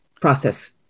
process